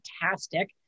fantastic